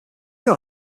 know